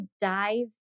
dive